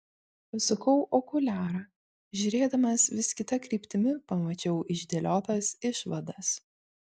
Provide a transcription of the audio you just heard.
pasukau okuliarą žiūrėdamas vis kita kryptimi pamačiau išdėliotas išvadas